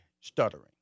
stuttering